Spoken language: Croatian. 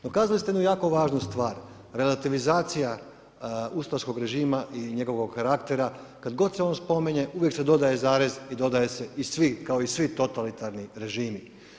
No kazali ste jednu jako važnu stvar, relativizacija ustaškog režima i njegovog karaktera, kad god se on spominje, uvijek se dodaje zarez i dodaje se „i svi“ kao i svi totalitarni režimi.